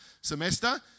semester